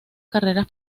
carreras